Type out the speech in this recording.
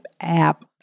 app